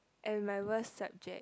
and my worst subject